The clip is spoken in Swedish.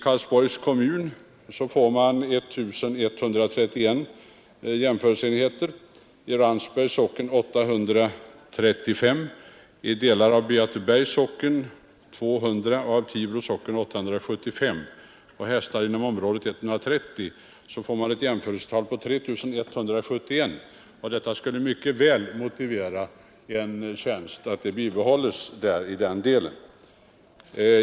Karlsborgs kommun får 1 131 jämförelseenheter, Ramsbergs socken 835, delar av Beatebergs socken 200 och delar av Tibro socken 875. Dessutom finns 130 hästar inom området. På detta sätt får man ett jämförelsetal inom området på 3 171. Det skulle mycket väl motivera ett bibehållande av den här aktuella tjänsten.